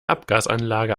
abgasanlage